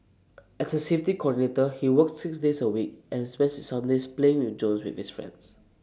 as A safety coordinator he works six days A week and spends his Sundays playing with drones with his friends